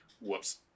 Whoops